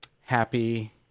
happy